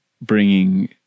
bringing